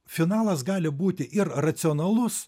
finalas gali būti ir racionalus